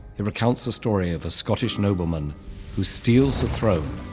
he recounts a story of a scottish nobleman who steals the throne,